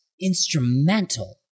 instrumental